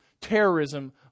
terrorism